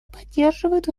поддерживает